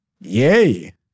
yay